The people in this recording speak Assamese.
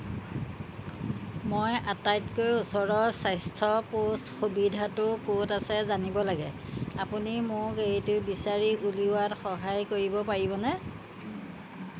মই আটাইতকৈ ওচৰত স্বাস্থ্য পোষ্ট সুবিধাটো ক'ত আছে জানিব লাগে আপুনি মোক এইটো বিচাৰি উলিওৱাত সহায় কৰিব পাৰিবনে